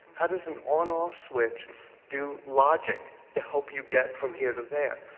how does an on off switch do logic to help you get from here to there?